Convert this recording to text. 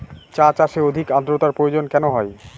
চা চাষে অধিক আদ্রর্তার প্রয়োজন কেন হয়?